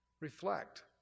reflect